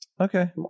Okay